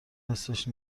حسش